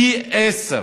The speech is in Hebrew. פי עשרה.